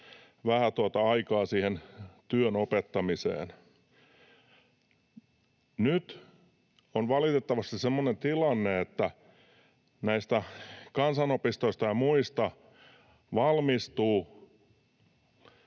vähän aikaa siihen työn opettamiseen. Nyt on valitettavasti semmoinen tilanne, että näistä kansanopistoista ja muista valmistuu